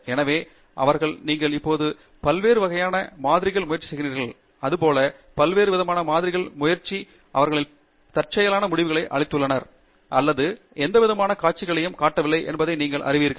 எனவே அவர்கள் நீங்கள் இப்போது பல்வேறு வகையான மாதிரிகள் முயற்சி செய்கிறீர்கள் அதேபோல் பலவிதமான மாதிரிகள் முயற்சி செய்கிறீர்கள் அதேபோல் அவர்களில் பலரும் தற்செயலான முடிவுகளை அளித்துள்ளனர் அல்லது எந்தவிதமான காட்சிகளையும் காட்டவில்லை என்பதை நீங்கள் அறிவீர்கள்